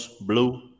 blue